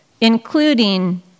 including